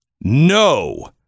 No